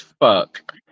fuck